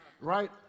right